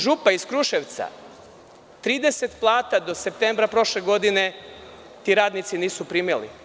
Župa“ iz Kruševca, 30 plata do septembra prošle godine radnici nisu primili.